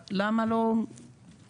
אז למה לא חל,